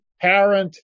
parent